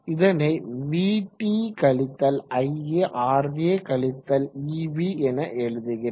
இதனை vt iaRa கழித்தல் ebஎன எழுதுகிறேன்